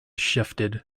shifted